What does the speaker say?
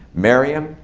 marry um